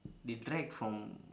they drag from